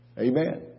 Amen